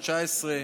התשע-עשרה,